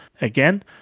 again